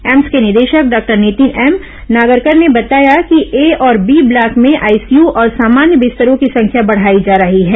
AIIMS के निदेशक doctor Nitin M Nagarkar ने बताया कि ए और बी ब्लॉक में आईसीय और सामान्य बिस्तरों की संख्या बढ़ाई जा रही है